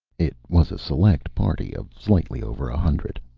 it was a select party of slightly over a hundred.